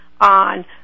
on